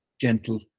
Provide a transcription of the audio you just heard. gentle